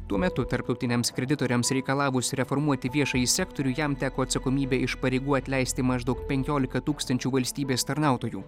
tuo metu tarptautiniams kreditoriams reikalavus reformuoti viešąjį sektorių jam teko atsakomybė iš pareigų atleisti maždaug penkiolika tūkstančių valstybės tarnautojų